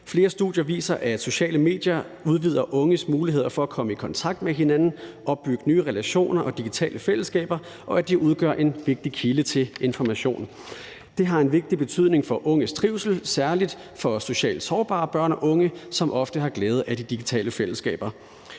Flere studier viser, at sociale medier udvider unges muligheder for at komme i kontakt med hinanden, opbygge nye relationer og digitale fællesskaber, og at de udgør en vigtig kilde til information. Det har en vigtig betydning for unges trivsel, særlig for socialt sårbare børn og unge, som ofte har glæde af de digitale fællesskaber.